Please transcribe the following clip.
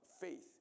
faith